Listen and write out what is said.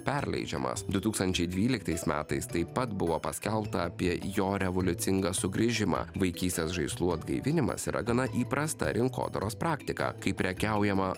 perleidžiamas du tūkstančiai dvyliktais metais taip pat buvo paskelbta apie jo revoliucingą sugrįžimą vaikystės žaislų atgaivinimas yra gana įprasta rinkodaros praktika kai prekiaujama